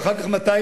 ואחר כך 200,000,